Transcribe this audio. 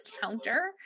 counter